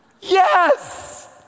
Yes